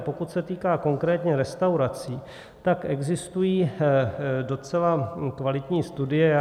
A pokud se týká konkrétně restaurací, tak existují docela kvalitní studie.